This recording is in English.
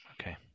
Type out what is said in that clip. okay